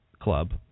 club